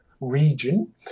region